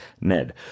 NED